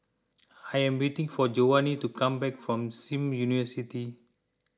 I am waiting for Jovanni to come back from Sim University